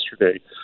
yesterday